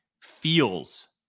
feels